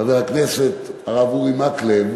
חבר הכנסת הרב אורי מקלב,